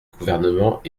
gouvernement